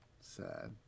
Sad